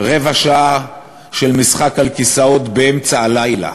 רבע שעה של משחק על כיסאות באמצע הלילה.